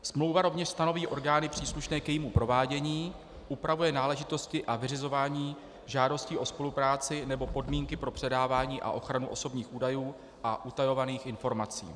Smlouva rovněž stanoví orgány příslušné k jejímu provádění, upravuje náležitosti a vyřizování žádostí o spolupráci nebo podmínky pro předávání a ochranu osobních údajů a utajovaných informací.